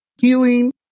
healing